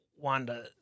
Wanda